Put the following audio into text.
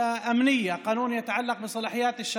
אני לא מבין מה שהוא אומר.